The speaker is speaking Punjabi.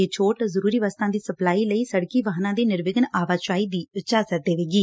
ਇਹ ਛੋਟ ਜਰੂਰੀ ਵਸਤਾਂ ਦੀ ਸਪਲਾਈ ਲਈ ਸੜਕੀ ਵਾਹਨਾਂ ਦੀ ਨਿਰਵਿਘਨ ਆਵਾਜਾਈ ਦੀ ਇਜਾਜ਼ਤ ਦੇਵੇਗੀ